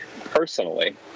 personally